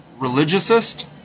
religiousist